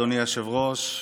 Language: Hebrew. אדוני היושב-ראש,